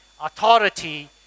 authority